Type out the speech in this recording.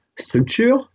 structure